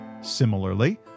Similarly